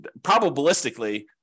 probabilistically